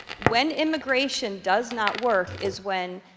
when immigration does not work is when,